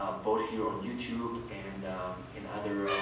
ah both here on youtube and in other